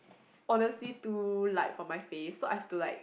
honestly too light for my face so I have to like